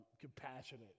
compassionate